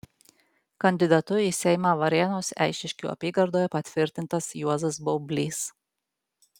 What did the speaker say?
kandidatu į seimą varėnos eišiškių apygardoje patvirtintas juozas baublys